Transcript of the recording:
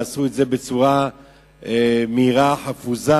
עשו את זה בצורה מהירה וחפוזה,